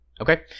Okay